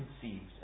conceived